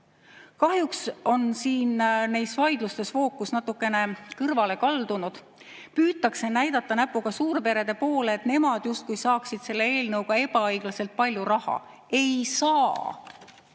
Kahjuks on neis vaidlustes fookus natukene kõrvale kaldunud, püütakse näidata näpuga suurperede poole, et nemad justkui saaksid selle eelnõuga ebaõiglaselt palju raha. Ei saa!